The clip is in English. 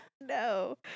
No